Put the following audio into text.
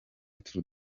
tour